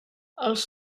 els